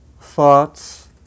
thoughts